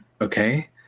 Okay